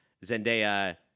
Zendaya